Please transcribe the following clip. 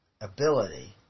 ability